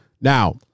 Now